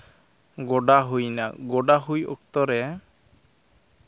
ᱜᱚᱰᱟ ᱦᱩᱭᱱᱟ ᱜᱳᱰᱟ ᱦᱩᱭᱩᱜ ᱚᱠᱛᱚᱨᱮ